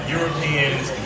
Europeans